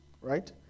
right